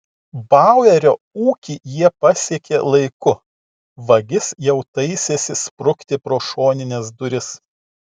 bauerio ūkį jie pasiekė laiku vagis jau taisėsi sprukti pro šonines duris